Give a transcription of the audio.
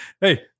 hey